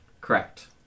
Correct